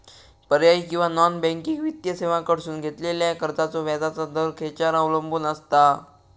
पर्यायी किंवा non banking वित्तीय सेवांकडसून घेतलेल्या कर्जाचो व्याजाचा दर खेच्यार अवलंबून आसता?